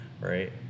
right